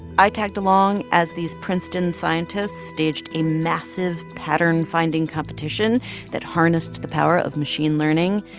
i tagged along as these princeton scientists staged a massive pattern-finding competition that harnessed the power of machine learning.